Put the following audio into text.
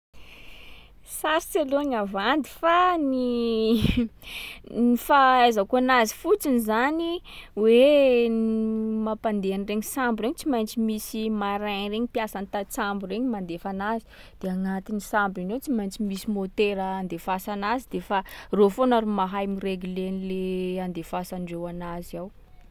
Sarotsy aloha ny avandy fa ny- ny fahaizako anazy fotsiny zany hoe mampandeha an’regny sambo regny tsy maintsy misy marin regny, mpiasan’ny tantsambo regny mandefa anazy. De agnatin’ny sambo iny ao tsy maintsy misy môtera andefasa anazy de fa reo foana ro mahay miregle an’le andefasandreo anazy ao.